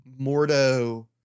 Mordo